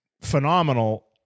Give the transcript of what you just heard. phenomenal